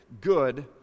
good